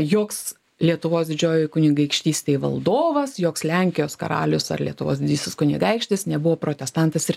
joks lietuvos didžiojoj kunigaikštystėj valdovas joks lenkijos karalius ar lietuvos didysis kunigaikštis nebuvo protestantas ir